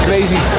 crazy